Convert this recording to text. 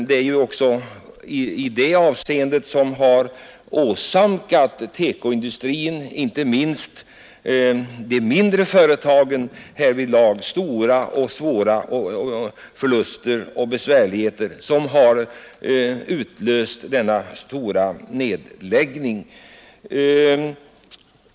Det är också importen som har åsamkat TEKO-industrin, inte minst de mindre företagen, förluster och svårigheter som har utlöst denna omfattande nedläggning.